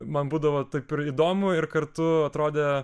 man būdavo taip įdomu ir kartu atrodė